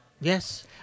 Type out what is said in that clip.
Yes